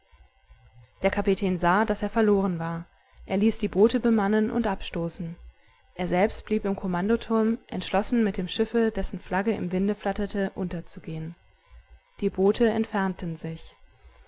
der kapitän sah daß er verloren war er ließ die boote bemannen und abstoßen er selbst blieb im kommandoturm entschlossen mit dem schiffe dessen flagge im winde flatterte unterzugehen die boote entfernten sich